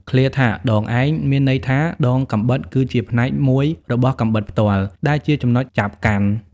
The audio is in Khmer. ឃ្លាថា «ដងឯង» មានន័យថាដងកាំបិតគឺជាផ្នែកមួយរបស់កាំបិតផ្ទាល់ ដែលជាចំណុចចាប់កាន់។